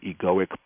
egoic